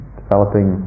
developing